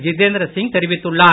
ஜிதேந்திர சிங் தெரிவித்துள்ளார்